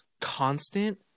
constant